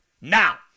Now